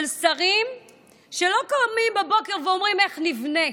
של שרים שלא קמים בבוקר ואומרים: איך נבנה,